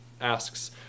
asks